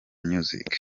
music